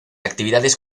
actividades